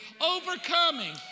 overcoming